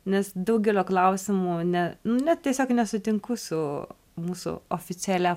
nes daugelio klausimų ne nu ne tiesiog nesutinku su mūsų oficialia